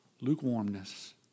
Lukewarmness